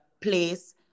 place